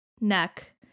neck